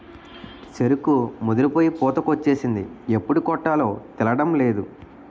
సెరుకు ముదిరిపోయి పూతకొచ్చేసింది ఎప్పుడు కొట్టాలో తేలడంలేదు